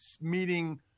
meeting